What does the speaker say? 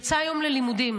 הוא יצא היום ללימודים.